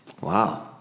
Wow